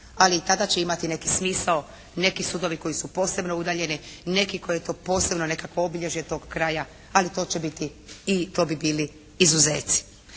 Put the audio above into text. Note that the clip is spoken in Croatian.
Ali i tada će imati neki smisao, neki sudovi koji su posebno udaljeni, neki koji to posebno nekakvo obilježje tog kraja ali to će biti i to bi bili izuzeci.